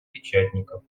печатников